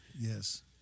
yes